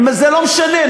זה לא משנה,